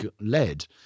led